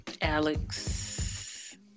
alex